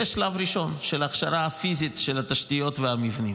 זה השלב הראשון של ההכשרה הפיזית של התשתיות והמבנים.